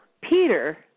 Peter